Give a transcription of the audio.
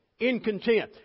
incontent